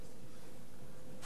חבר הכנסת הרצוג, אתה מסכים?